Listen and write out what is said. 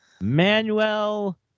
manuel